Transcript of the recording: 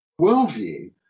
worldview